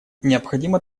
необходимо